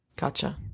Gotcha